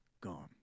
gone